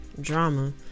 drama